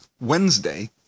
Wednesday